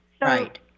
Right